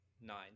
nine